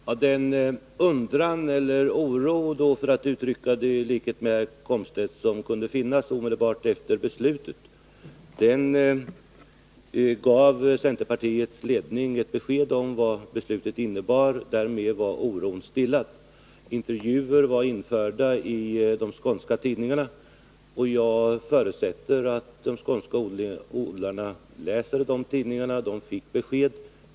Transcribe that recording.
Herr talman! Den undran — eller oro, för att uttrycka mig i likhet med herr Komstedtsom kunde finnas omedelbart efter beslutet stillades i och med att centerpartiets ledning gav besked om vad beslutet innebar. Intervjuer var införda i de skånska tidningarna, och jag förutsätter att de skånska odlarna läser de tidningarna. De fick besked.